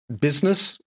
business